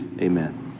Amen